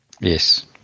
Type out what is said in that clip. Yes